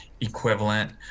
equivalent